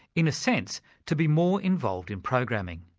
in a sense, to be more involved in programming.